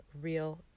real